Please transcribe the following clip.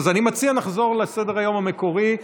אני מציע שנחזור לסדר-היום המקורי.